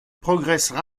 progressent